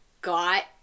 got